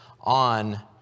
on